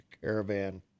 caravan